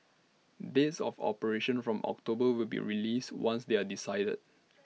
dates of operation from October will be released once they are decided